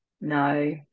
no